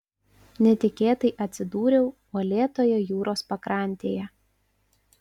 netikėtai atsidūriau uolėtoje jūros pakrantėje